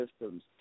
systems